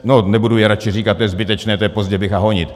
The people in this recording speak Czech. No, nebudu je radši říkat, to je zbytečné, to je pozdě bycha honit.